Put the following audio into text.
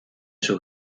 sus